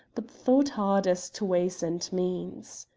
but thought hard as to ways and means.